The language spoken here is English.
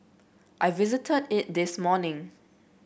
I visited it this morning